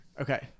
Okay